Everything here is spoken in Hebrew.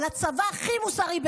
על הצבא הכי מוסרי,